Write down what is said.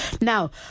Now